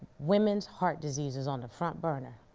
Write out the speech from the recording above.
women's heart disease is on the front burner.